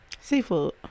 Seafood